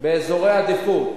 באזורי עדיפות